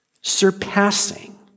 surpassing